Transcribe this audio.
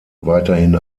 weiterhin